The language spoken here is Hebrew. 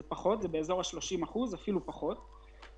מדובר באזור 30% - אפילו פחות.